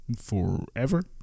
Forever